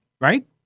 Right